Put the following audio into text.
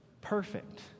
perfect